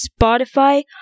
Spotify